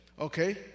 Okay